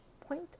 point